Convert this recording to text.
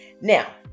Now